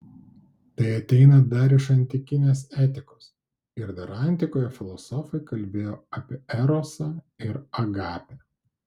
tai ateina dar iš antikinės etikos ir dar antikoje filosofai kalbėjo apie erosą ir agapę